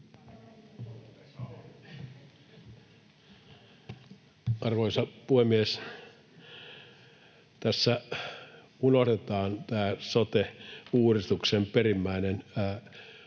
Arvoisa puhemies! Tässä unohdetaan tämä sote-uudistuksen perimmäinen iso